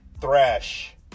thrash